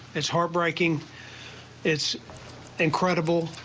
it's heartbreaking it's incredible.